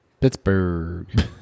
Pittsburgh